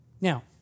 Now